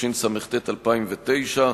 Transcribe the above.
התשס"ט 2009,